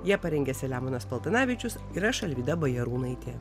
ją parengė selemonas paltanavičius ir aš alvyda bajarūnaitė